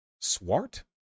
Swart